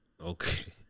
Okay